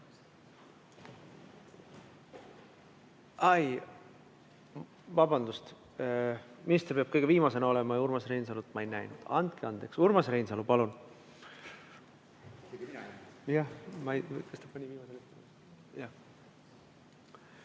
vabandust! Minister peab kõige viimasena sõna võtma. Urmas Reinsalu ma ei näinud. Andke andeks! Urmas Reinsalu, palun!